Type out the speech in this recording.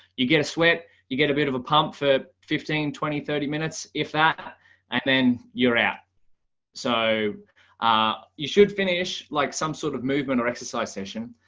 you get a sweat, you get a bit of a pump for fifteen twenty thirty minutes if that and then you're so ah you should finish like some sort of movement or exercise session,